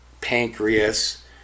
pancreas